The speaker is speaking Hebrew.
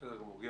בסדר גמור.